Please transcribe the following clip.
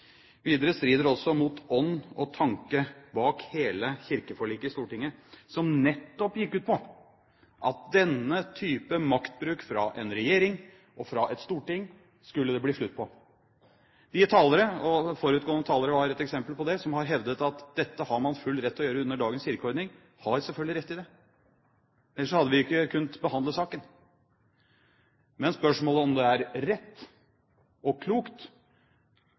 Videre strider det også mot ånd og tanke bak hele kirkeforliket i Stortinget, som nettopp gikk ut på at denne type maktbruk fra en regjering og fra et storting skulle det bli slutt på. De talere – og forutgående taler var et eksempel på det – som har hevdet at dette har man full rett til å gjøre under dagens kirkeordning, har selvfølgelig rett i det. Ellers hadde vi ikke kunnet behandle saken. Men spørsmålet om det likevel er rett og klokt,